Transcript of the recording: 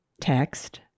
text